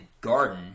garden